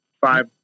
five